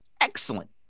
Excellent